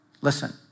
Listen